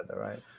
right